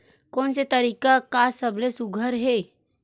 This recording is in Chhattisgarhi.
कोन से तरीका का सबले सुघ्घर हे?